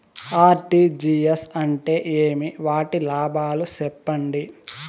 RTGS అంటే ఏమి? వాటి లాభాలు సెప్పండి?